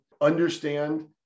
Understand